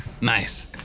Nice